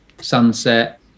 sunset